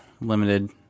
limited